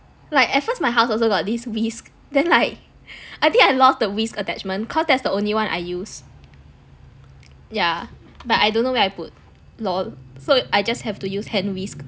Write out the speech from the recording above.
like at first my house also got this whisk then like I think I lost the whisk attachment cause that's only one I use yeah but I don't know where I put LOL so I just have to use hand whisk